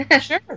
sure